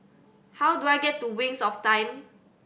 how do I get to Wings of Time